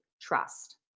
trust